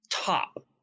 top